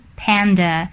panda，